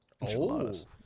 Enchiladas